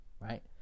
Right